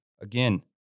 again